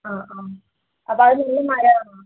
ആ ആ അപ്പ അത് നിും മഴ